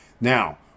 now